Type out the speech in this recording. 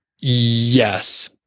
Yes